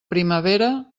primavera